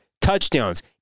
touchdowns